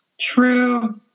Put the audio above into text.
True